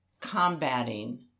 combating